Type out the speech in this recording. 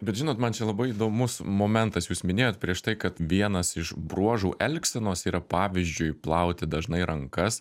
bet žinot man čia labai įdomus momentas jūs minėjot prieš tai kad vienas iš bruožų elgsenos yra pavyzdžiui plauti dažnai rankas